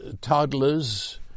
toddlers